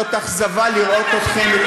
זאת אכזבה לראות אתכם,